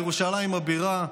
בירושלים הבירה,